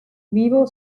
vivo